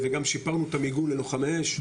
וגם שיפרנו את המיגון ללוחמי אש.